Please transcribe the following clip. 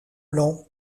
blanc